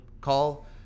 call